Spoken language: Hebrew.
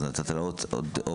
צריך לתת לה עוד אופציה